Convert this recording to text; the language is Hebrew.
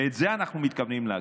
ואת זה אנחנו מתכוונים להקים,